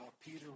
Peter